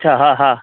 अच्छा हा हा